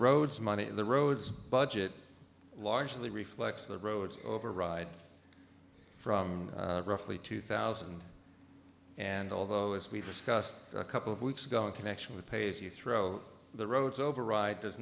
money the roads budget largely reflects the roads over ride from roughly two thousand and although as we discussed a couple of weeks ago in connection with pays you throw the roads override does